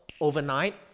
overnight